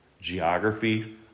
geography